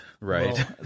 Right